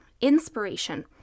inspiration